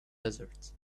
desert